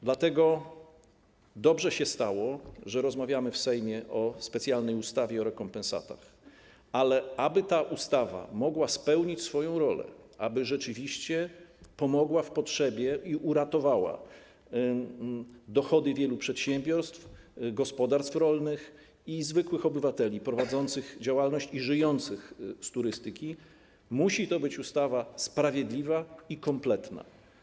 Dlatego dobrze się stało, że rozmawiamy w Sejmie o specjalnej ustawie o rekompensatach, ale aby ta ustawa mogła odegrać swoją rolę, aby rzeczywiście pomogła w potrzebie i uratowała dochody wielu przedsiębiorstw, gospodarstw rolnych i zwykłych obywateli prowadzących działalność i żyjących z turystyki, musi to być ustawa sprawiedliwa i kompletna.